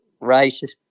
races